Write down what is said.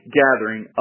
gathering